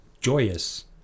joyous